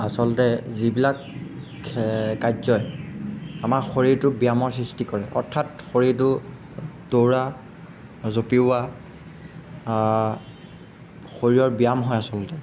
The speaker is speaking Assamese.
আচলতে যিবিলাক কাৰ্যই আমাৰ শৰীৰটোক ব্যায়ামৰ সৃষ্টি কৰে অৰ্থাৎ শৰীৰটো দৌৰা জঁপিওৱা শৰীৰৰ ব্যায়াম হয় আচলতে